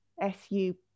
SU